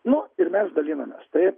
nu ir mes dalinamės tai